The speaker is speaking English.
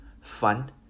fund